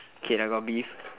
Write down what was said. okay lah got beef